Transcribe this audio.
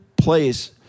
place